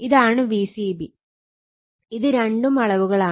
ഇതാണ് Vcb ഇത് രണ്ടും അളവുകളാണ്